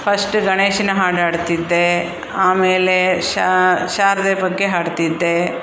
first ಗಣೇಶನ ಹಾಡಾಡ್ತಿದ್ದೆ ಆಮೇಲೆ ಶಾರದೆ ಬಗ್ಗೆ ಹಾಡ್ತಿದ್ದೆ